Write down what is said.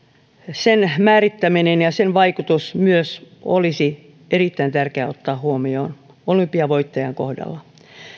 sen määrittäminen ja sen vaikutus olisi erittäin tärkeä ottaa huomioon olympiavoittajan kohdalla